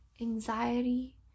anxiety